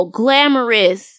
glamorous